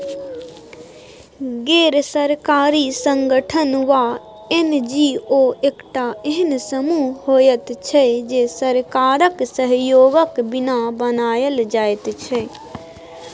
गैर सरकारी संगठन वा एन.जी.ओ एकटा एहेन समूह होइत छै जे सरकारक सहयोगक बिना बनायल जाइत छै